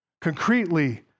concretely